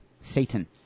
Satan